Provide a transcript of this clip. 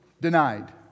denied